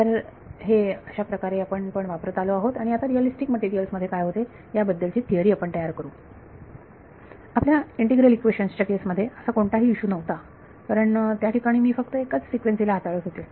तर हे अशाप्रकारे आपण पण वापरत आलो आहोत आणि आता रियालिस्टिक मटेरियल्स मध्ये काय होते याबद्दलची थिअरी आपण तयार करू आपल्या इंटीग्रल इक्वेशन्स च्या केस मध्ये असा कोणताही इशू नव्हता कारण त्या ठिकाणी मी फक्त एकाच फ्रिक्वेन्सी frequency ला हाताळत होते